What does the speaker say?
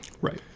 Right